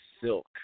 silk